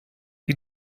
die